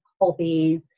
hobbies